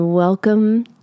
Welcome